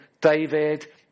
David